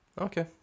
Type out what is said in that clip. Okay